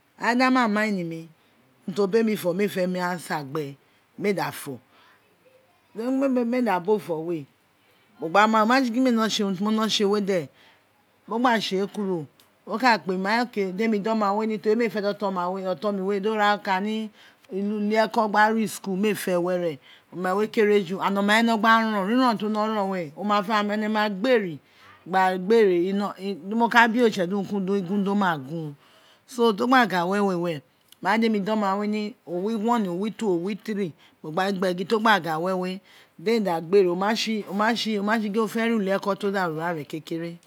Ain da ma mied imi demi fo mee fe mu answer gbe niee da do mee da bo fo we mo gba ma oma tse gin mee wino tse urun ti mo wino tse we de mo gba tse kuro mo gba kor mai family da oma we ni teri niee fe di oton mi we do a kaninulieku gba re school mee fe were oma wee kere ju and arua we wino gba rou ri rou ti o wino gba rou we oa fe a ene ma gbe re gba gbe re ino de mi ka be oritse di urun ki urun do ma ghan so to gba gha were re omai demi da oma we ni owi one o wi tua o wi three mo gba gin gbe gin to gba gha wa we demi da gbe re o wa tse oji ma tse o ma tse gin ofe re ulieko to fa re urare kekere